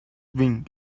wing